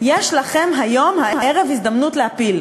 יש לכם היום, הערב, הזדמנות להפיל.